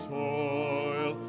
toil